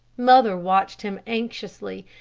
mother watched him anxiously,